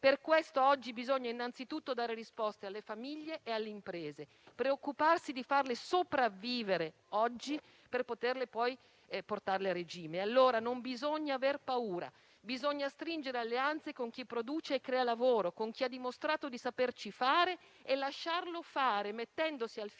Per questo bisogna innanzitutto dare risposte alle famiglie e alle imprese, preoccuparsi di farle sopravvivere oggi, per poterle poi portare a regime. Non bisogna aver paura. Bisogna stringere alleanze con chi produce e crea lavoro, con chi ha dimostrato di saperci fare, e lasciarlo fare, mettendosi al fianco